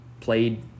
played –